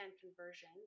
conversion